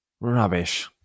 Rubbish